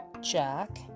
Jack